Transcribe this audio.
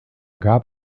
gab